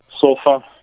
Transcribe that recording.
sofa